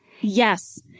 Yes